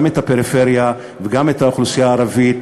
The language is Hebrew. את הפריפריה וגם את האוכלוסייה הערבית.